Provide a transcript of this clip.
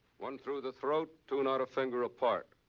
one through the throat, two not a finger apart,